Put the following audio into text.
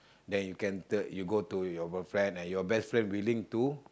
then you can the you go to your boyfriend and your best friend willing to